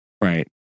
Right